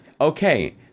okay